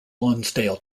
lonsdale